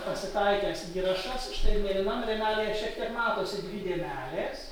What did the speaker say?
pasitaikęs įrašas štai mėlynam rėmelyje šiek tiek matosi dvi dėmelės